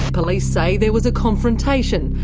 police say there was a confrontation,